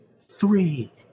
three